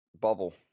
bubble